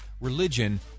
religion